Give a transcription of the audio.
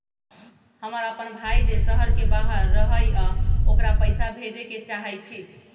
हमर अपन भाई जे शहर के बाहर रहई अ ओकरा पइसा भेजे के चाहई छी